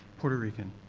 puerto rican.